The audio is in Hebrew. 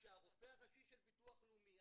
כשהרופא הראשי של ביטוח לאומי,